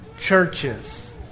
churches